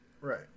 right